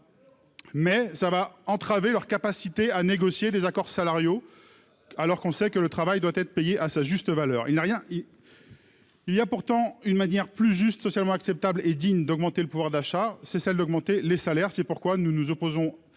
mais leur capacité à négocier des accords salariaux sera entravée. On sait pourtant que le travail doit être payé à sa juste valeur. Il y a pourtant une manière plus juste, socialement acceptable et digne d'accroître le pouvoir d'achat : augmenter les salaires. C'est pourquoi nous nous opposons